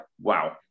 wow